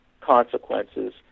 consequences